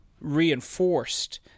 reinforced